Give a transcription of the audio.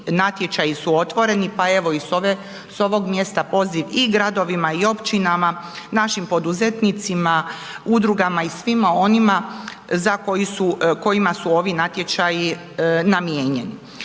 natječaji su otvoreni, pa evo i s ovog mjesta poziv i gradovima i općinama, našim poduzetnicima, udrugama i svima onima kojima su ovi natječaji namijenjeni.